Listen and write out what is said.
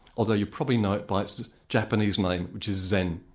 although you probably know it by its japanese name, which is zen.